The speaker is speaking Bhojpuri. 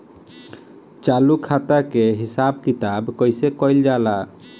चालू खाता के हिसाब किताब कइसे कइल जाला?